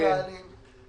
אנחנו מנהלים אותו.